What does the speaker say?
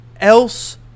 else